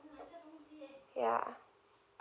yeah